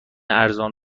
ارزان